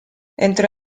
entro